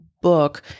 Book